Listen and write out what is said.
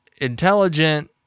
intelligent